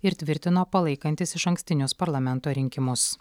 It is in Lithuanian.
ir tvirtino palaikantis išankstinius parlamento rinkimus